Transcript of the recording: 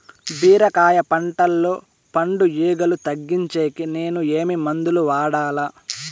బీరకాయ పంటల్లో పండు ఈగలు తగ్గించేకి నేను ఏమి మందులు వాడాలా?